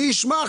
מי ישמע.